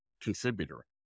contributor